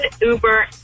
Uber